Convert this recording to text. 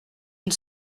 une